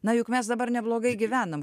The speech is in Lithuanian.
na juk mes dabar neblogai gyvenam